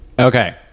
okay